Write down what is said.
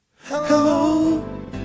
Hello